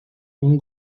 اون